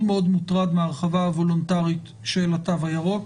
מוטרד מההרחבה הוולונטרית של התו הירוק,